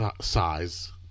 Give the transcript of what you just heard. size